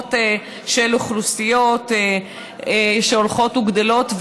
ועזיבות של אוכלוסיות שהולכות וגדלות,